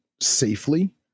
safely